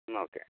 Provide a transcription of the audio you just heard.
എന്നാൽ ഓക്കെ